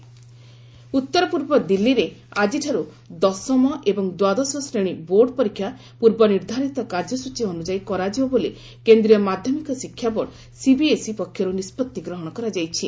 CBSE exam Delhi ଉତ୍ତର ପୂର୍ବ ଦିଲ୍ଲୀରେ ଆଜିଠାରୁ ଦଶମ ଏବଂ ଦ୍ୱାଦଶ ଶ୍ରେଣୀ ବୋର୍ଡ଼ ପରୀକ୍ଷା ପୂର୍ବ ନିର୍ଦ୍ଧାରିତ କାର୍ଯ୍ୟସ୍ତ୍ରଚୀ ଅନୁଯାୟୀ କରାଯିବ ବୋଲି କେନ୍ଦ୍ରୀୟ ମାଧ୍ୟମିକ ଶିକ୍ଷା ବୋର୍ଡ଼ ସିବିଏସ୍ଇ ପକ୍ଷରୁ ନିଷ୍ପଭି ଗ୍ରହଣ କରାଯାଇଛି